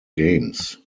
games